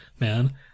man